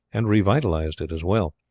and revitalized it as well.